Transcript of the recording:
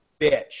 bitch